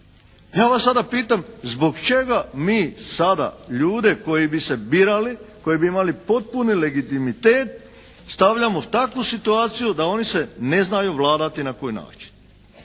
Ja vas sada pitam zbog čega mi sada ljude koji bi se birali, koji bi imali potpuni legitimitet stavljamo u takvu situaciju da oni se ne znaju vladati i na koji način.